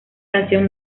canción